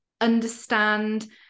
understand